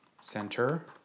center